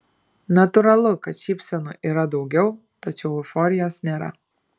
natūralu kad šypsenų yra daugiau tačiau euforijos nėra